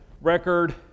record